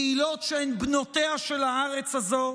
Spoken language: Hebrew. קהילות שהן בנותיה של הארץ הזו,